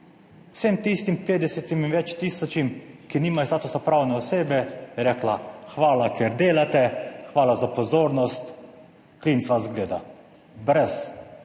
petdesetim in več tisočim, ki nimajo statusa pravne osebe, je rekla: hvala, ker delate, hvala za pozornost, klinc vas zgleda, brez